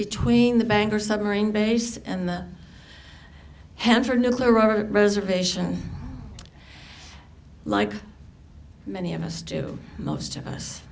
between the bangor submarine base and the hanford nuclear reservation like many of us do most of us